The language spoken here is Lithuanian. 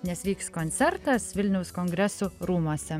nes vyks koncertas vilniaus kongresų rūmuose